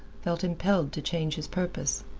felt impelled to change his purpose.